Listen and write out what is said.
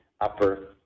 upper